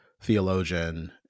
theologian